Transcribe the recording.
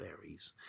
berries